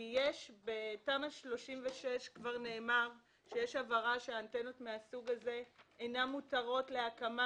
בתמ"א 36 כבר נאמר שיש הבהרה שאנטנות מן הסוג הזה אינן מותרות להקמה